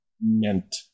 meant